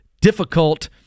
difficult